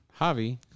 Javi